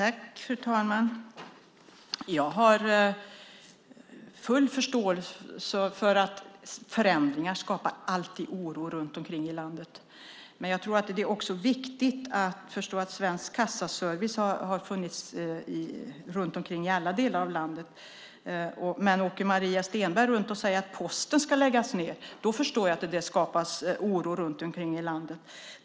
Fru talman! Jag har full förståelse för att förändringar alltid skapar oro runt om i landet. Jag tror också att det är viktigt att förstå att Svensk kassaservice har funnits i alla delar av landet. Men åker Maria Stenberg runt och säger att Posten ska läggas ned förstår jag att det skapas oro i landet.